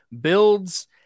builds